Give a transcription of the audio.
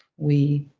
we,